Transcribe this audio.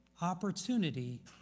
opportunity